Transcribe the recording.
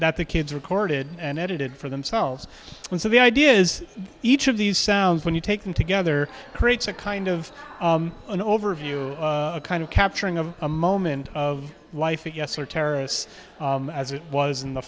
that the kids recorded and edited for themselves and so the idea is each of these sounds when you take them together creates a kind of an overview kind of capturing of a moment of life yes or terrorists as it was in the